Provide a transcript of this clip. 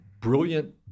brilliant